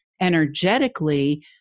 energetically